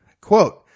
Quote